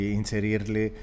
inserirli